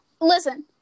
Listen